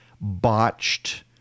botched